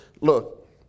look